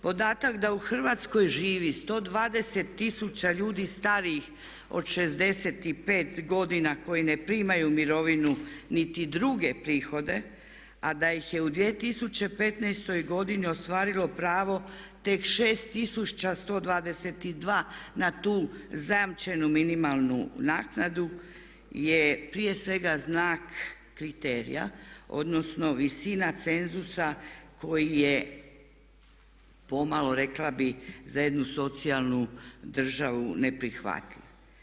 Podatak da u Hrvatskoj živi 120 tisuća ljudi starijih od 65 godina koji ne primaju mirovinu niti druge prihode a da ih je u 2015. godini ostvarilo pravo tek 6122 na tu zajamčenu minimalnu naknadu je prije svega znak kriterija, odnosno visina cenzusa koji je pomalo rekla bih za jednu socijalnu državu neprihvatljiv.